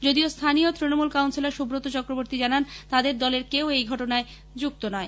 যদিও স্হানীয় তৃণমূল কাউন্সিলার সুৱত চক্রবর্তী জানান তাঁদের দলের কেউ এই ঘটনায় জড়িত নয়